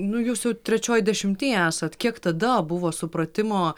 nu jūs jau trečioj dešimty esat kiek tada buvo supratimo